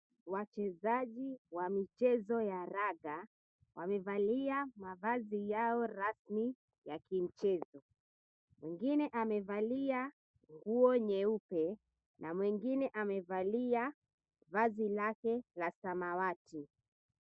Wachezaji wa michezo ya raga wamevalia mavazi yao rasmi ya michezo. Mwingine amevalia nguo nyeupe na mwingine amevalia vazi lake la samawati.